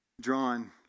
drawn